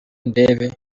ndebe